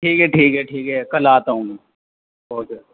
ٹھیک ہے ٹھیک ہے ٹھیک ہے کل آتا ہوں میں اوکے